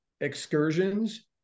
excursions